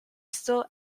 still